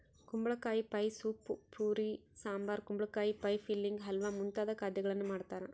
ಕುಂಬಳಕಾಯಿ pie soup puree sambar ಕುಂಬಳಕಾಯಿ pie filling halwa ಮುಂತಾದ ಖಾದ್ಯಗಳನ್ನು ಮಾಡ್ತಾರ